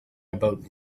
about